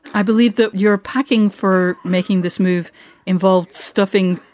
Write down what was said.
i believe that you're packing for making this move involved, stuffing,